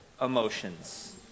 emotions